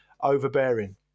overbearing